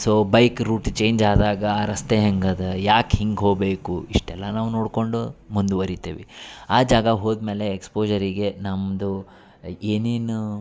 so bike route change ಆದಾಗ ಆ ರಸ್ತೆ ಹೆಂಗದ ಯಾಕೆ ಹಿಂಗೆ ಹೋಗಬೇಕು ಇಷ್ಟೆಲ್ಲ ನಾವು ನೋಡ್ಕೊಂಡು ಮುಂದ್ವರಿತೆವಿ ಆ ಜಾಗ ಹೋದ್ಮೇಲೆ ಎಕ್ಸ್ಪೋಜರಿಗೆ ನಮ್ಮದು ಏನೇನು